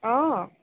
অঁ